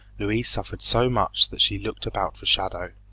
louise suffered so much that she looked about for shadow.